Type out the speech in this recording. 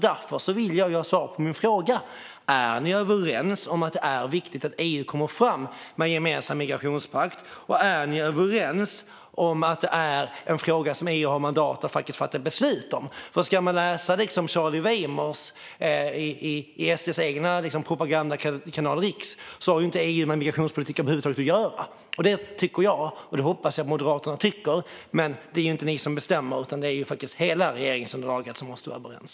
Därför vill jag ha svar på min fråga: Är ni överens om att det är viktigt att EU kommer fram med en gemensam migrationspakt, och är ni överens om att det är en fråga som EU har mandat att faktiskt fatta beslut om? Enligt Charlie Weimers i SD:s egen propagandakanal Riks har EU inte med migrationspolitiken att göra över huvud taget. Det hoppas jag att Moderaterna tycker, men det är ju inte ni som bestämmer utan det är faktiskt hela regeringsunderlaget som måste vara överens.